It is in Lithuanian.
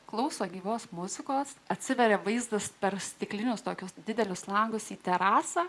klauso gyvos muzikos atsiveria vaizdas per stiklinius tokius didelius langus į terasą